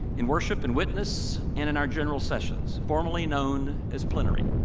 in worship and witness and in our general sessions. formerly known as plenary.